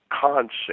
concept